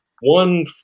one